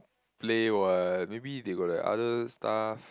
play what maybe they got the other stuff